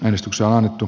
uudistuksella annettu